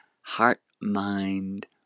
heart-mind